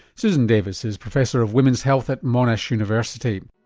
susan davis is professor of women's health at monash university.